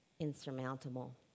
Insurmountable